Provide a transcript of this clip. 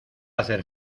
hacer